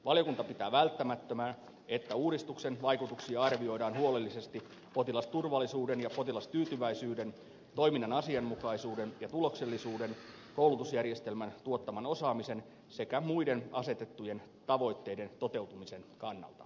valiokunta pitää välttämättömänä että uudistuksen vaikutuksia arvioidaan huolellisesti potilasturvallisuuden ja potilastyytyväisyyden toiminnan asianmukaisuuden ja tuloksellisuuden koulutusjärjestelmän tuottaman osaamisen sekä muiden asetettujen tavoitteiden toteutumisen kannalta